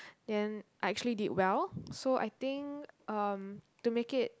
and I actually did well so I think um to make it